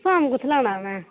form कुत्थें लाना में